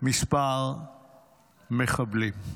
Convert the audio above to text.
כמה מחבלים.